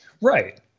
Right